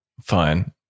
Fine